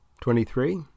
Twenty-three